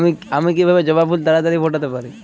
আমি কিভাবে জবা ফুল তাড়াতাড়ি ফোটাতে পারি?